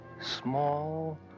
small